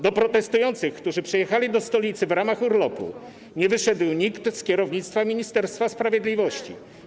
Do protestujących, którzy przyjechali do stolicy w ramach urlopu, nie wyszedł nikt z kierownictwa Ministerstwa Sprawiedliwości.